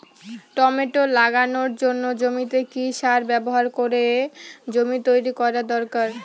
Tomato লাগানোর জন্য জমিতে কি সার ব্যবহার করে জমি তৈরি করা দরকার?